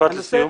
משפט לסיום.